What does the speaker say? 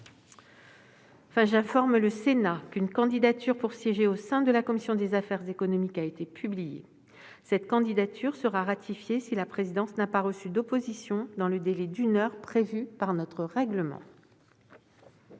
demande. J'informe le Sénat qu'une candidature pour siéger au sein de la commission des affaires économiques a été publiée. Cette candidature sera ratifiée si la présidence n'a pas reçu d'opposition dans le délai d'une heure prévu par notre règlement.